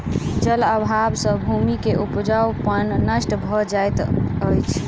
जल अभाव सॅ भूमि के उपजाऊपन नष्ट भ जाइत अछि